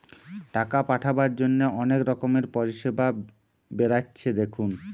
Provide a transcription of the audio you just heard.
টাকা পাঠাবার জন্যে অনেক রকমের পরিষেবা বেরাচ্ছে দেখুন